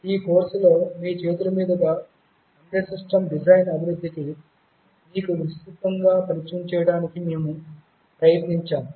ఈ కోర్సులో మీ చేతులమీదుగా ఎంబెడెడ్ సిస్టమ్ డిజైన్ అభివృద్ధికి మీకు విస్తృతంగా పరిచయం చేయడానికి మేము ప్రయత్నించాము